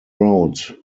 road